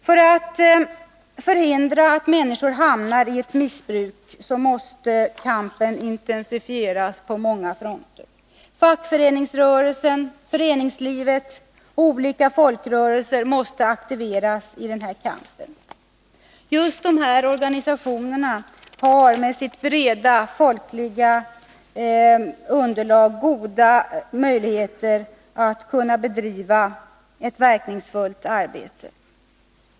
För att förhindra att människor hamnar i ett missbruk måste kampen intensifieras på många fronter. Fackföreningsrörelsen och olika folkrörelser måste aktiveras i denna kamp. Just dessa organisationer har med sitt breda folkliga underlag goda möjligheter att bedriva ett verkningsfullt arbete.